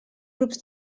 grups